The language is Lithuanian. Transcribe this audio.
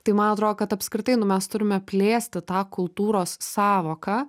tai man atrodo kad apskritai nu mes turime plėsti tą kultūros sąvoką